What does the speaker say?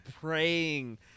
praying